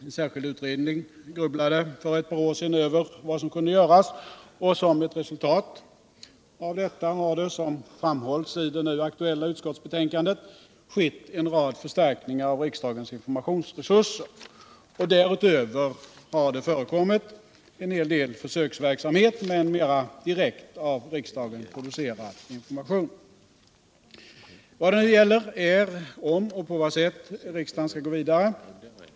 En särskild utredning grubblade för ett par år sedan över vad som kunde göras, och som ett resultat av detta har det, som framhålls i utskottsbetänkandet, skett en rad förstärkningar av riksdagens informations heten Riksdagsinforma resurser. Därutöver har det förekommit en hel del försöksverksamhet med en mera direkt av riksdagen producerad information. Vad det nu närmast gäller är om och på vad sätt riksdagen skall gå vidare.